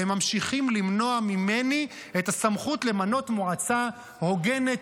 והם ממשיכים למנוע ממני את הסמכות למנות מועצה הוגנת,